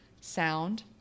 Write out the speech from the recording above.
Sound